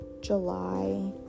july